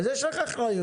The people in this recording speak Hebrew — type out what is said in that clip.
אז יש לך אחריות.